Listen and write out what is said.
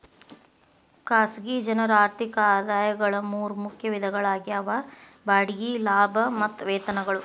ಖಾಸಗಿ ಜನರ ಆರ್ಥಿಕ ಆದಾಯಗಳ ಮೂರ ಮುಖ್ಯ ವಿಧಗಳಾಗ್ಯಾವ ಬಾಡಿಗೆ ಲಾಭ ಮತ್ತ ವೇತನಗಳು